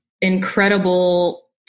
incredible